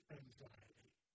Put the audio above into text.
anxiety